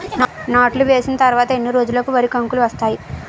నాట్లు వేసిన తర్వాత ఎన్ని రోజులకు వరి కంకులు వస్తాయి?